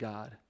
God